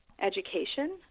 education